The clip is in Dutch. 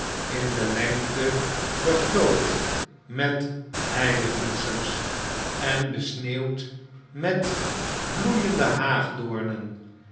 in de lente verguld met heidebloesems en besneeu wd met bloeiende